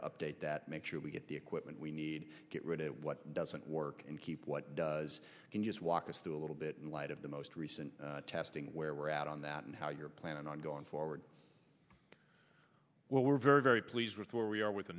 to update that make sure we get the equipment we need get rid of what doesn't work and keep what does can just walk us through a little bit in light of the most recent testing where we're at on that and how you're planning on going forward what we're very very pleased with where we are with